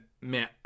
man